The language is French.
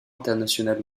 international